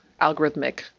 algorithmic